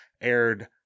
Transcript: aired